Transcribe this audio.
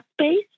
space